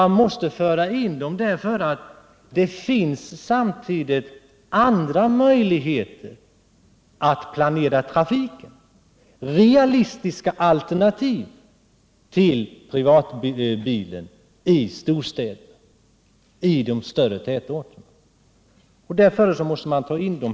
Det finns andra möjligheter till en planering av trafiken, dvs. realistiska alternativ till att ha privatbilen i storstäderna och i de större tätorterna.